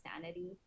sanity